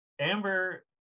Amber